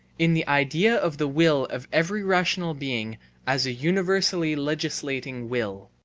in the idea of the will of every rational being as a universally legislating will.